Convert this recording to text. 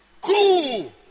Cool